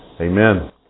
Amen